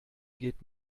geht